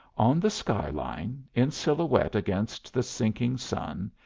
on the skyline, in silhouette against the sinking sun,